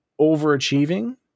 overachieving